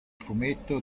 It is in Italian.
fumetto